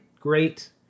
great